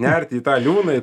nert į tą liūną